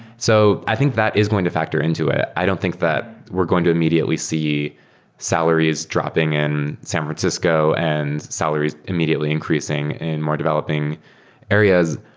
so i think that is going to factor into it. i don't think that we're going to immediately see salaries dropping in san francisco and salaries immediately increasing in more developing areas.